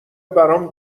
برام